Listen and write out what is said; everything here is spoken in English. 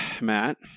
Matt